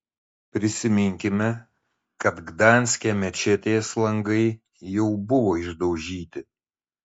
prisiminkime kad gdanske mečetės langai jau buvo išdaužyti